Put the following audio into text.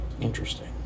Interesting